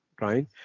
right